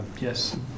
Yes